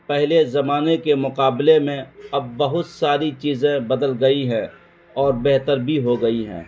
پہلے زمانے کے مقابلے میں اب بہت ساری چیزیں بدل گئی ہیں اور بہتر بھی ہو گئی ہیں